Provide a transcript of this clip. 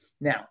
Now